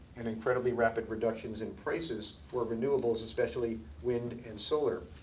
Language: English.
and incredibly rapid reductions in prices for renewables, especially wind and solar.